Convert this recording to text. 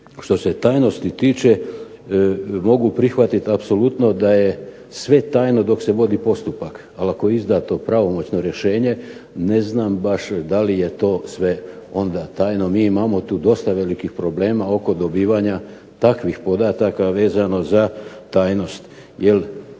što se tajnosti tiče mogu prihvatiti apsolutno da je sve tajno dok se vodi postupak ali ako izda to pravomoćno rješenje, ne znam baš da li je to sve tajno mi imamo dosta problema oko dobivanja takvih podataka vezano za tajnost.